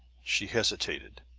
she hesitated